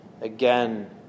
again